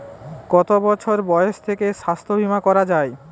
কত বছর বয়স থেকে স্বাস্থ্যবীমা করা য়ায়?